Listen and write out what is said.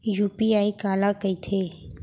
UPI काला कहिथे?